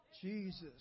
Jesus